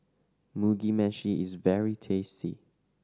Mugi Meshi is very tasty